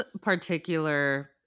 particular